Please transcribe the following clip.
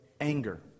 anger